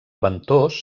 ventós